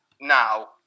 now